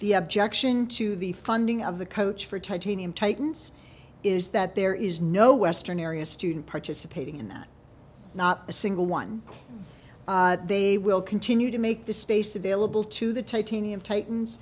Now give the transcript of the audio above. the objection to the funding of the coach for titanium titans is that there is no western area student participating in that not a single one they will continue to make the space available to the titanium titans